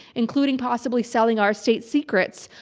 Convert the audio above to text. including possibly selling our state secrets,